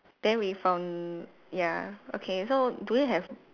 then we from ya okay so do you have